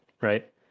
right